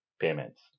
payments